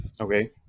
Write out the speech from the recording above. Okay